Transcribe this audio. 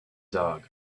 dogg